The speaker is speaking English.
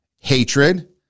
hatred